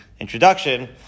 introduction